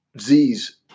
Z's